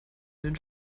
den